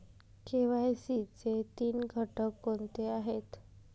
KYC चे तीन घटक कोणते आहेत?